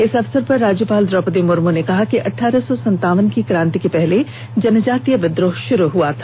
इस अवसर पर राज्यपाल द्रौपदी मुर्म ने कहा कि अठठारह सौ संतावन की काँति के पहले जनजातीय विद्रोह शुरू हो गया था